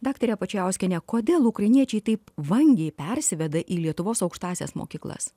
daktare pačijauskiene kodėl ukrainiečiai taip vangiai persiveda į lietuvos aukštąsias mokyklas